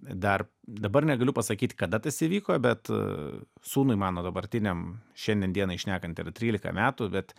dar dabar negaliu pasakyt kada tas įvyko bet sūnui mano dabartiniam šiandien dienai šnekant yra trylika metų bet